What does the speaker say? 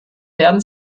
werden